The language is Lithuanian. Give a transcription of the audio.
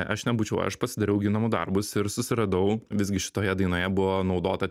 aš nebūčiau aš pasidariau gi namų darbus ir susiradau visgi šitoje dainoje buvo naudota